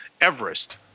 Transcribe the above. Everest